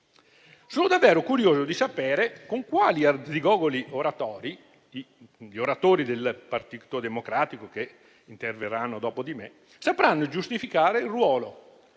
Sono davvero curioso di sapere con quali arzigogoli oratòri gli oratóri del Partito Democratico che interverranno dopo di me sapranno giustificare il ruolo